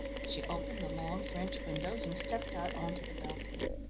she opened the long french windows, and stepped out on to the balcony.